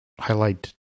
highlight